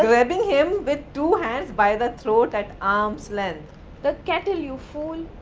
grabbing him, with two hands by the throat at arm's length the kettle you fool.